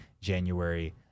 January